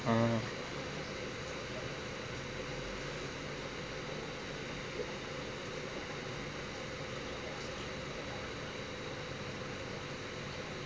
ah ah